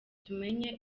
tumenye